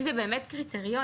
אם זה באמת קריטריון,